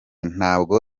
ntabwo